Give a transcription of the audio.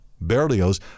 Berlioz